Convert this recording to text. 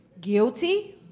guilty